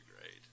great